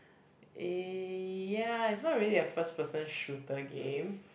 eh ya it's not really a first person shooter game